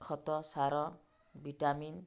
ଖତ ସାର ଭିଟାମିନ୍